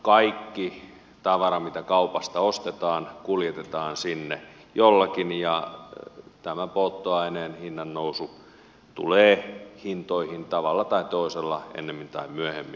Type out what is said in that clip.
kaikki tavara mitä kaupasta ostetaan kuljetetaan sinne jollakin ja tämä polttoaineen hinnannousu tulee hintoihin tavalla tai toisella ennemmin tai myöhemmin